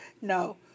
no